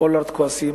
פולארד כועסת,